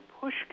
push